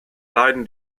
leiden